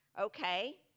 Okay